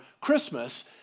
Christmas